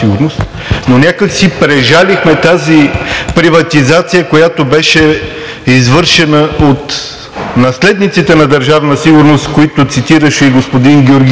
но някак си прежалихме тази приватизация, която беше извършена от наследниците на държавна сигурност, които цитираше и господин Георгиев.